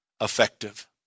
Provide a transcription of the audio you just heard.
effective